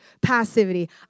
passivity